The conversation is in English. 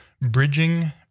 bridging